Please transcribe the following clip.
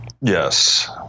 yes